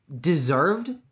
deserved